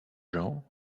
genre